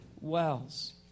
wells